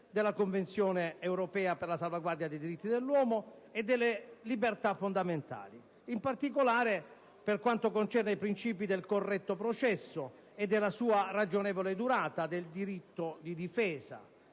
della Convenzione europea per la salvaguardia dei diritti dell'uomo e delle libertà fondamentali, in particolare per quanto concerne i principi del corretto processo e della sua ragionevole durata, del diritto di difesa